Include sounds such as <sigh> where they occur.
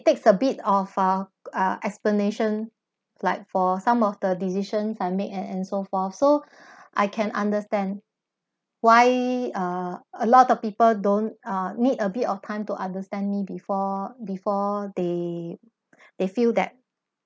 takes a bit of uh uh explanation like for some of the decisions I make and and so forth so <breath> I can understand why uh a lot of people don't uh need a bit of time to understand me before before they <breath> they feel that